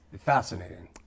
fascinating